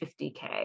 50K